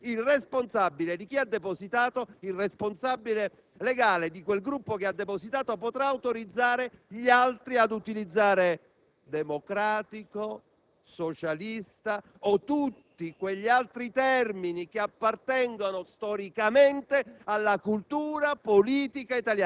C'è un assioma, signor Presidente, di questo tipo: chi oggi è in Parlamento e ha un Gruppo può depositare un simbolo (e questa sarebbe poca cosa), può depositare una denominazione precisa (e questo è un argine che diventa invalicabile e un confine insopportabile per la democrazia)